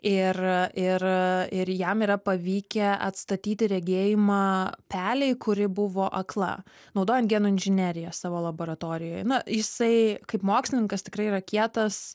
ir ir ir jam yra pavykę atstatyti regėjimą pelei kuri buvo akla naudojant genų inžineriją savo laboratorijoj na jisai kaip mokslininkas tikrai yra kietas